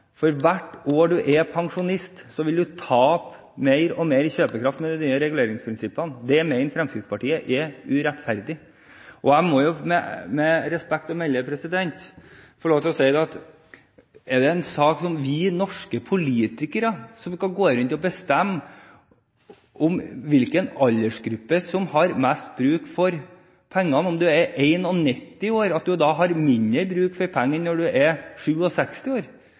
for hvert år man er pensjonist, vil man tape mer og mer kjøpekraft med de nye reguleringsprinsippene. Det mener Fremskrittspartiet er urettferdig. Jeg må med respekt å melde få lov til å si til denne saken: Skal vi norske politikere gå rundt og bestemme hvilken aldersgruppe som har mest bruk for pengene – om man er 91 år og har mindre bruk for penger enn når man er 67 år?